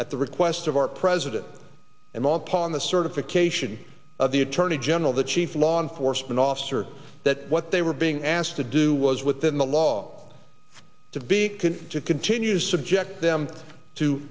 at the request of our president and on top of the certification of the attorney general the chief law enforcement officer that what they were being asked to do was within the law to be can to continue to subject them to